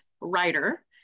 Writer